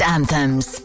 Anthems